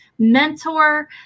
mentor